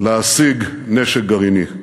להשיג נשק גרעיני.